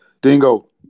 Dingo